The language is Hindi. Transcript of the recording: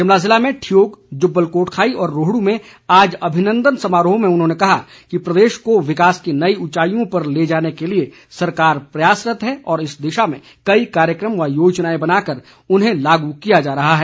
शिमला ज़िले में ठियोग जुब्बल कोटखाई और रोहड़ में आज अभिनंदन समारोहों में उन्होंने कहा कि प्रदेश को विकास की नई उचाईयों पर ले जाने के लिए सरकार प्रयासरत है और इस दिशा में कई कार्यकम व योजनाएं बनाकर उन्हें लागू किया जा रहा है